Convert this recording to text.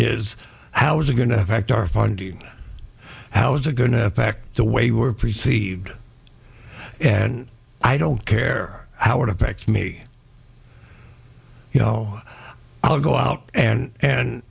is how is it going to affect our funding how is it going to affect the way we're perceived and i don't care how it affects me you know i'll go out and and